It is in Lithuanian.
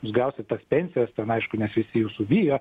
jūs gausit tas pensijas ten aišku nes visi jūsų bijo